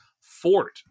Fort